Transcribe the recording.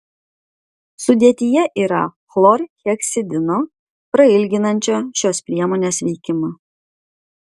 sudėtyje yra chlorheksidino prailginančio šios priemonės veikimą